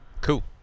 Cool